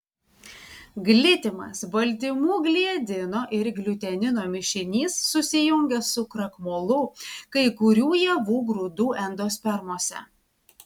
glitimas baltymų gliadino ir gliutenino mišinys susijungęs su krakmolu kai kurių javų grūdų endospermuose